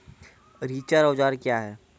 रिचर औजार क्या हैं?